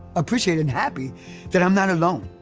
appreciated and happy that i'm not alone,